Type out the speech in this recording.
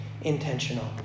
intentional